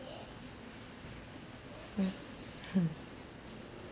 mm